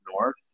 North